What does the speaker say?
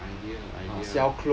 idea idea